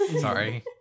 Sorry